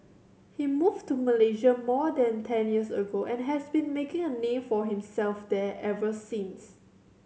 he moved to Malaysia more than ten years ago and has been making a name for himself there ever since